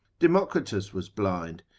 democritus was blind,